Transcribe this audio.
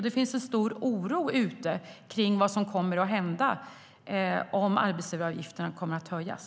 Det finns en stor oro för vad som kommer att hända om arbetsgivaravgifterna höjs.